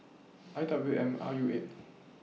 I W M R U eight